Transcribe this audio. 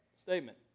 statement